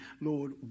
Lord